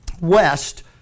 west